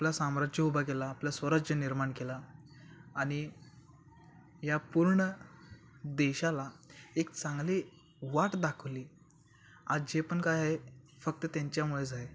आपला साम्राज्य उभा केला आपलं स्वराज्य निर्माण केला आणि या पूर्ण देशाला एक चांगली वाट दाखवली आज जे पण काय आहे फक्त त्यांच्यामुळेच आहे